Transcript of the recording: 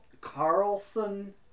Carlson